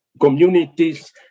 communities